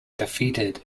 defeated